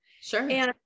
Sure